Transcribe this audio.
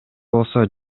болсо